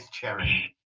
Cherry